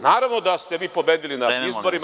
Naravno da ste vi pobedili na izbori.